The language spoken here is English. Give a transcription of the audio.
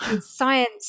Science